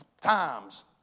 times